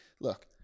Look